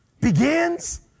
begins